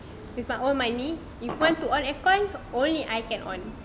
with my own money if want to on aircon only I can on